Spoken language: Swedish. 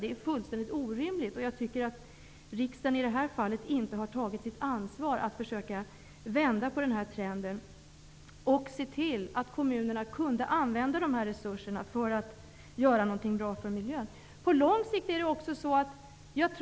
Det är fullständigt orimligt. Riksdagen har i det här fallet inte tagit sitt ansvar för att försöka vända på den här trenden och för att se till att kommunerna kunde använda dessa resurser till att göra någonting som är bra för miljön.